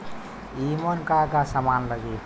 ईमन का का समान लगी?